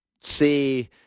see